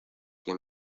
que